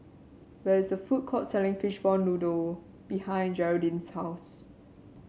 there is a food court selling Fishball Noodle behind Jeraldine's house